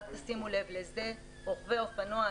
תשימו לב רוכבי אופנוע,